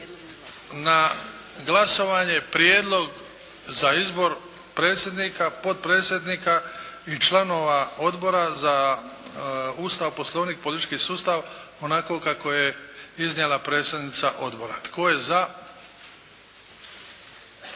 na glasovanje prijedlog za izbor predsjednika, potpredsjednika i članova Odbora za Ustav, poslovnik i politički sustav onako kako je iznijela predsjednica odbora. Tko je za?